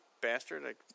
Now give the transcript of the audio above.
bastard